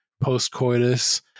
Post-coitus